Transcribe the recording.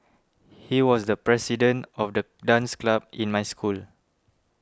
he was the president of the dance club in my school